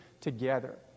together